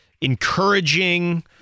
encouraging